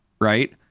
right